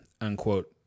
unquote